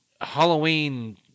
Halloween